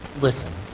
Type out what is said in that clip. Listen